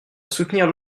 soutenir